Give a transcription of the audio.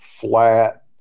flat